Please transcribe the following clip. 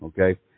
okay